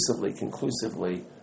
conclusively